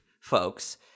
folks